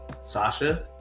sasha